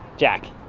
jack.